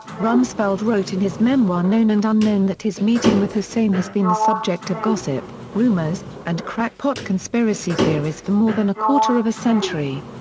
rumsfeld wrote in his memoir known and unknown that his meeting with hussein has been the subject of gossip, rumors, and crackpot conspiracy theories for more than a quarter of a century.